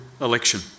election